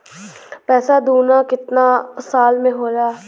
पैसा दूना कितना साल मे होला?